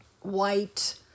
white